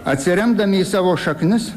atsiremdami į savo šaknis